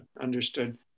Understood